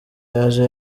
yaje